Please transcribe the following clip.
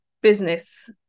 business